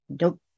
Nope